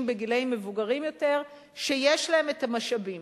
בגילים מבוגרים יותר שיש להם את המשאבים,